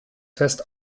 fest